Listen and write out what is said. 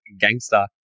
gangster